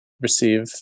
receive